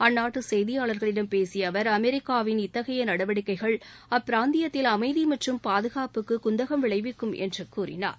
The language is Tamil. அந்நாட்டு செய்தியாளர்களிடம் பேசிய அவர் அமெரிக்காவின் இத்தகைய நடவடிக்கைகள் அப்பிராந்தியத்தில் அமைதி மற்றும் பாதுகாப்புக்கு குந்தகம் விளைவிக்கும் என்று கூறினார்